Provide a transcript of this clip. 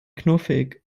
knuffig